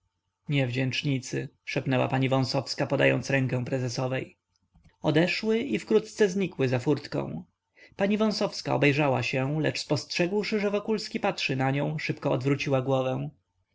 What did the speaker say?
się niewdzięcznicy szepnęła pani wąsowska podając rękę prezesowej odeszły i wkrótce znikły za furtką pani wąsowska obejrzała się lecz spostrzegłszy że wokulski patrzy na nią szybko odwróciła głowę